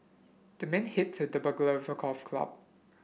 the man hit the burglar a golf club